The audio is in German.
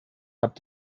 hat